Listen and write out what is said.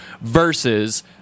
versus